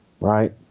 right